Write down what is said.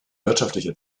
wirtschaftliche